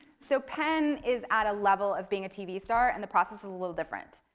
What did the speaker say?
so penn is at a level of being a tv star and the process is a little different.